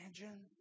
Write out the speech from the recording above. imagine